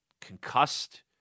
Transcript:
concussed